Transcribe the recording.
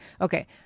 okay